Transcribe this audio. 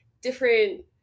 different